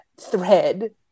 thread